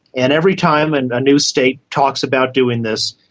and every time and a new state talks about doing this,